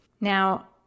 Now